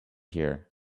here